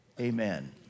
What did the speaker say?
Amen